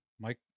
Mike